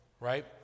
right